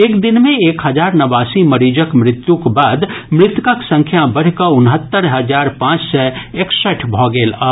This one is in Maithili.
एक दिन मे एक हजार नवासी मरीजक मृत्युक बाद मृतकक संख्या बढ़ि कऽ उनहत्तरि हजार पांच सय एकसठि भऽ गेल अछि